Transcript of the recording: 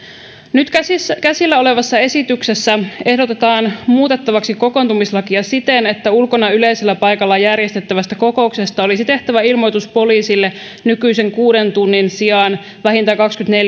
nyt käsillä olevassa esityksessä ehdotetaan muutettavaksi kokoontumislakia siten että ulkona yleisellä paikalla järjestettävästä kokouksesta olisi tehtävä ilmoitus poliisille nykyisen kuuden tunnin sijaan vähintään kaksikymmentäneljä